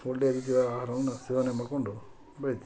ಒಳ್ಳೆಯ ರೀತಿಯ ಆಹಾರವನ್ನ ಸೇವನೆ ಮಾಡಿಕೊಂಡು ಬೆಳೀತೀವಿ